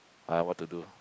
I what to do